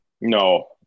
No